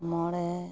ᱢᱚᱬᱮ